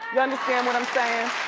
you understand what i'm sayin'?